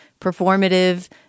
performative